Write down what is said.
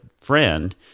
friend